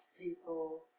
people